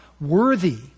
worthy